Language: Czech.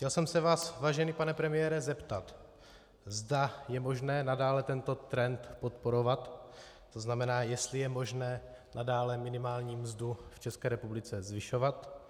Chtěl jsem se vás, vážený pane premiére, zeptat, zda je možné nadále tento trend podporovat, tzn. jestli je možné nadále minimální mzdu v České republice zvyšovat.